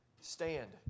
Stand